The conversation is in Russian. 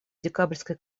декабрьской